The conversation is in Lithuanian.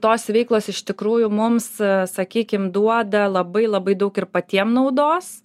tos veiklos iš tikrųjų mums sakykim duoda labai labai daug ir patiem naudos